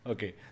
Okay